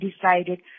decided